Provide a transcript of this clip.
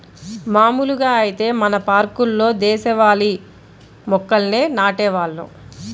మాములుగా ఐతే మన పార్కుల్లో దేశవాళీ మొక్కల్నే నాటేవాళ్ళు